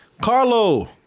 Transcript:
Carlo